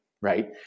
right